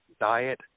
diet